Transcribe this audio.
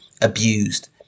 abused